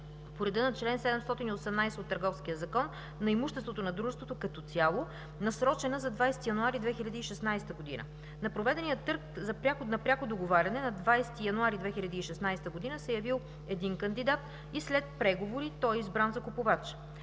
по реда на чл. 718 от Търговския закон на имуществото на дружеството като цяло, насрочена за 20 януари 2016 г. На проведения търг на пряко договаряне на 20 януари 2016 г. се е явил един кандидат и след преговори той е избран за купувач.